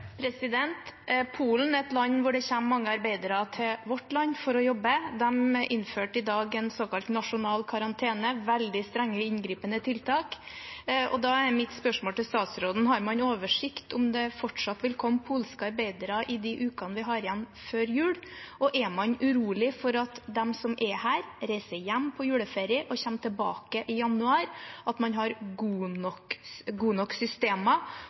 mange arbeidere fra til vårt land for å jobbe. De innførte i dag en såkalt nasjonal karantene med veldig strenge, inngripende tiltak. Da er mitt spørsmål til statsråden: Har man oversikt over om det fortsatt vil komme polske arbeidere i de ukene vi har igjen før jul, og er man urolig for at de som er her, reiser hjem på juleferie og kommer tilbake i januar? Har man gode nok